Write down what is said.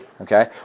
Okay